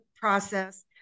process